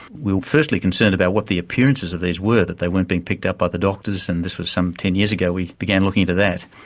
we were firstly concerned about what the appearances of these were, that they weren't being picked up by the doctors, and this was some ten years ago, we began looking into that.